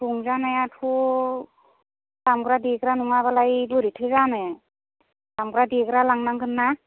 रंजानायाथ' दामग्रा देग्रा नङाबालाय बोरैथो जानो दामग्रा देग्रा लांनांगोन ना